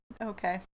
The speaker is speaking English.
Okay